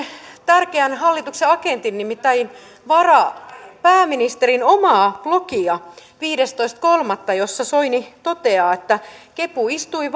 tärkeän hallituksen agentin nimittäin varapääministerin omaa blogia viidestoista kolmatta jossa soini toteaa että kepu istui